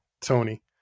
tony